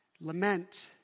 Lament